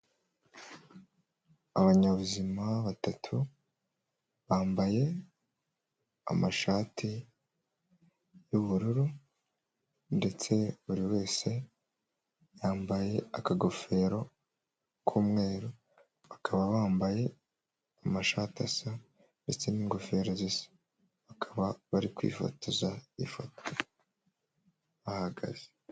Abanyabuzima batatu bambaye amashati y'ubururu ndetse buri wese yambaye akagofero k'umweru, bakaba bambaye amashati asa ndetse n'ingofero zisa bakaba bari kwifotoza ifoto bahagaze.